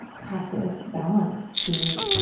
practice balance, the